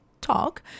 talk